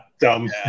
Dumb